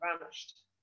vanished